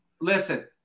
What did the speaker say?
Listen